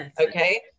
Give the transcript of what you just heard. okay